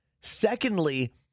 Secondly